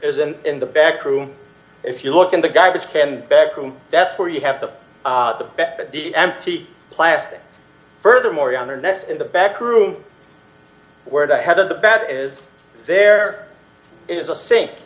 isn't in the back room if you look in the garbage can back room that's where you have the the back at the empty plastic furthermore yonder nest in the back room where the head of the bat is there is a sink